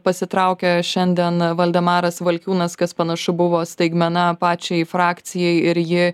pasitraukė šiandien valdemaras valkiūnas kas panašu buvo staigmena pačiai frakcijai ir ji